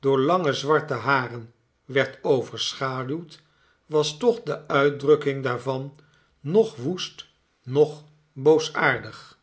door lange zwarte haren werd overschaduwd was toch de uitdrukking daarvan noch woest noch boosaardig